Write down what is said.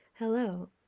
Hello